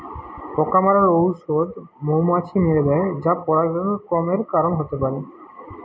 পোকা মারার ঔষধ মৌমাছি মেরে দ্যায় যা পরাগরেণু কমের কারণ হতে পারে